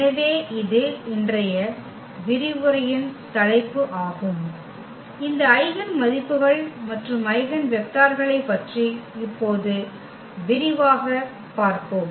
எனவே இது இன்றைய விரிவுரையின் தலைப்பு ஆகும் இந்த ஐகென் மதிப்புகள் மற்றும் ஐகென் வெக்டர்களைப் பற்றி இப்போது விரிவாகப் பார்ப்போம்